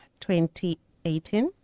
2018